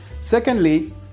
Secondly